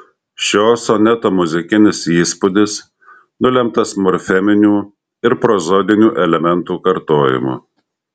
šio soneto muzikinis įspūdis nulemtas morfeminių ir prozodinių elementų kartojimu